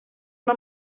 mae